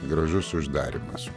gražus uždarymas